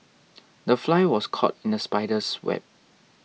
the fly was caught in the spider's web